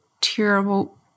terrible